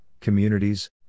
communities